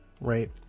Right